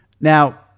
Now